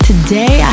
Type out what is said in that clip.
Today